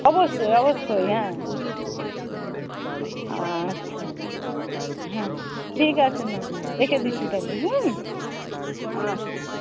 অবশ্যই অবশ্যই হ্যাঁ হ্যাঁ আচ্ছা হ্যাঁ ঠিক আছে ম্যাম রেখে দিচ্ছি তাহলে হ্যাঁ আচ্ছা